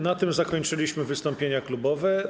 Na tym zakończyliśmy wystąpienia klubowe.